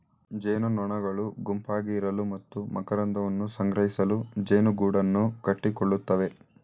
ಜೇನುನೊಣಗಳು ಗುಂಪಾಗಿ ಇರಲು ಮತ್ತು ಮಕರಂದವನ್ನು ಸಂಗ್ರಹಿಸಲು ಜೇನುಗೂಡನ್ನು ಕಟ್ಟಿಕೊಳ್ಳುತ್ತವೆ